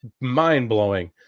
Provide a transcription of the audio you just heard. mind-blowing